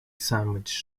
sandwich